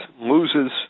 loses